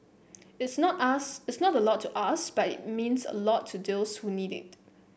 it's not us it's not a lot to us but it means a lot to those who need it